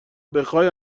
بخای